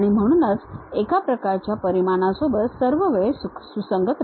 म्हणून एका प्रकारच्या परिमाणासोबत सर्व वेळ सुसंगत रहा